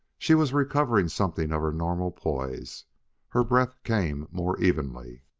she was recovering something of her normal poise her breath came more evenly.